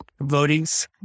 votings